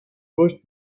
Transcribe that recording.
رشد